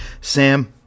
sam